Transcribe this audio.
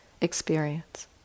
experience